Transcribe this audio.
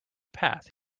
path